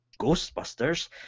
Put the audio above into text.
Ghostbusters